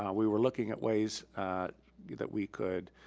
um we were looking at ways that we could,